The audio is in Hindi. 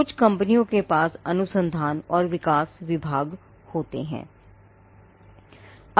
कुछ कंपनियों के पास अनुसंधान और विकास विभाग होते हैं